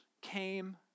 came